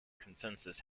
consensus